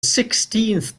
sixteenth